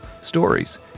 Stories